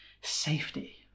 safety